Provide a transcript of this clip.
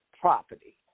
property